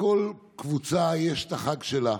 לכל קבוצה יש את החג שלה,